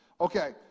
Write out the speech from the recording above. Okay